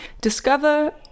Discover